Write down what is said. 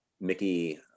Mickey